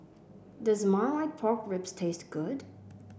does Marmite Pork Ribs taste good